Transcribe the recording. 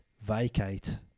Vacate